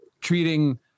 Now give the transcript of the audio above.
treating